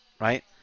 right